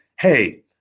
hey